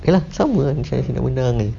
K lah sama ah asyik-asyik nak menang saje